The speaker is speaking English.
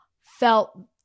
felt